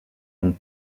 ont